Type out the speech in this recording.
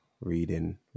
reading